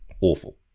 Awful